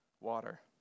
water